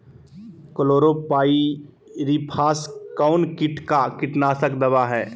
Chlorpyrifos कौन किट का कीटनाशक दवा है?